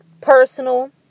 personal